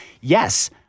yes